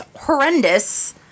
horrendous